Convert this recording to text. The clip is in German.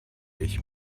ich